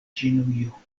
ĉinujo